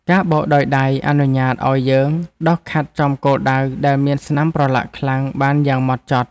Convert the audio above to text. ការបោកដោយដៃអនុញ្ញាតឱ្យយើងដុសខាត់ចំគោលដៅដែលមានស្នាមប្រឡាក់ខ្លាំងបានយ៉ាងហ្មត់ចត់។